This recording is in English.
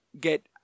get